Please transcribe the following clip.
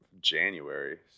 January